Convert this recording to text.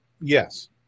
Yes